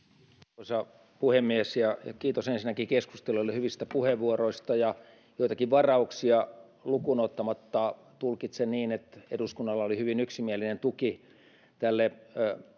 arvoisa puhemies kiitos ensinnäkin keskustelijoille hyvistä puheenvuoroista joitakin varauksia lukuun ottamatta tulkitsen niin että eduskunnalla oli hyvin yksimielinen tuki tälle